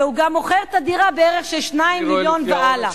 והוא גם מוכר את הדירה בערך של 2 מיליון והלאה.